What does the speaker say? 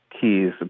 keys